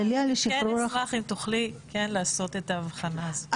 אשמח אם תוכלי לעשות את ההבחנה הזאת.